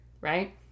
right